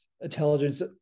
intelligence